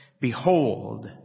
Behold